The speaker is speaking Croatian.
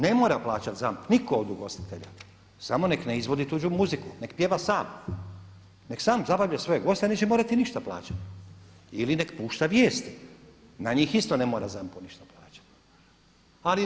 Ne mora plaćati ZAMP nitko od ugostitelja samo nek ne izvodi tuđu muziku, nek pjeva sam, nek sam zabavlja svoje goste i neće morati ništa plaćati ili nek pušta vijesti, na njih isto ne mora ZAMP-u ništa plaćati.